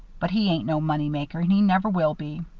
but he ain't no money-maker, and he never will be.